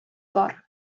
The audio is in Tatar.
бар